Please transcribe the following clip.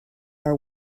are